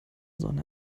sonne